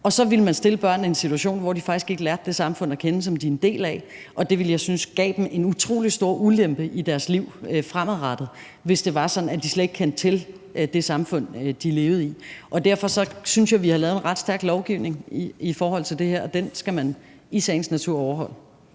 og så ville man stille børnene en situation, hvor de faktisk ikke lærte det samfund at kende, som de er en del af. Og jeg ville synes, at det gav dem en utrolig stor ulempe i deres liv fremadrettet, hvis det var sådan, at de slet ikke kendte til det samfund, de levede i. Derfor synes jeg, vi har lavet en ret stærk lovgivning i forhold til det her, og den skal man i sagens natur overholde.